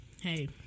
Hey